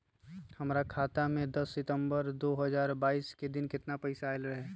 हमरा खाता में दस सितंबर दो हजार बाईस के दिन केतना पैसा अयलक रहे?